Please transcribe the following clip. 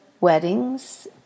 weddings